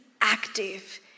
active